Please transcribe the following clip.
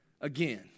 again